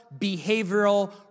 behavioral